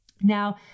Now